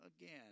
again